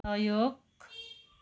सहयोग